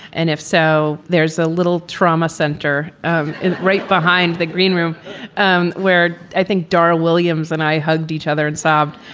and if so, there's a little trauma center um right behind the green room um where i think dar williams and i hugged each other and sobbed.